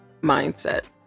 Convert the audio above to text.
mindset